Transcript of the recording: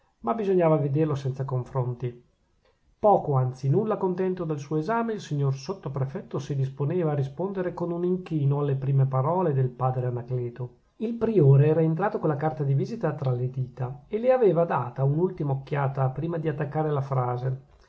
ma bisognava vederlo senza confronti poco anzi nulla contento del suo esame il signor sottoprefetto si disponeva a rispondere con un inchino alle prime parole del padre anacleto il priore era entrato con la carta di visita tra le dita e le aveva data un'ultima occhiata prima di attaccare la frase